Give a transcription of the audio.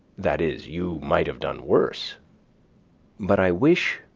that is, you might have done worse but i wish,